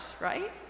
right